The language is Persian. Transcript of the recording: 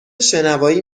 شنوایی